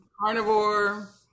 carnivore